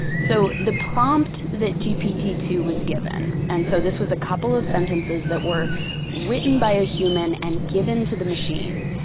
so the prompt that gpt two was given, and so this was a couple of sentences that were written by a human and given to the machine.